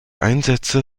einsätze